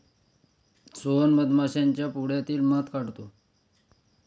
सोहन मधमाश्यांच्या पोळ्यातील मध काढतो